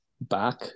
back